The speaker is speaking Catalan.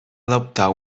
adoptar